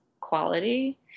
quality